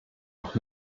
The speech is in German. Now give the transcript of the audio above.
auch